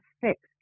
fixed